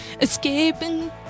Escaping